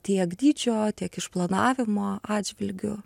tiek dydžio tiek išplanavimo atžvilgiu